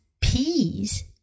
peas